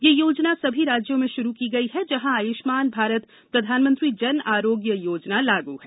यह योजना सभी राज्यों में शुरू की गई है जहां आयुष्मान भारत प्रधानमंत्री जन आरोग्य योजना लागू है